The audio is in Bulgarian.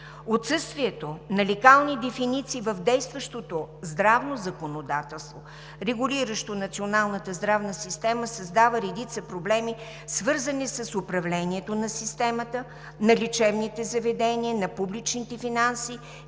Отсъствието на легални дефиниции в действащото законодателство, регулиращо Националната здравна система, създава редица проблеми, свързани с управлението на системата, на лечебните заведения, на публичните финанси